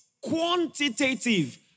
quantitative